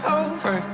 over